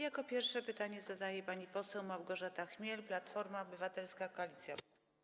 Jako pierwsza pytanie zadaje pani poseł Małgorzata Chmiel, Platforma Obywatelska - Koalicja Obywatelska.